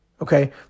Okay